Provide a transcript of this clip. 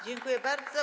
Dziękuję bardzo.